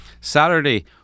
Saturday